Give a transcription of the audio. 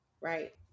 right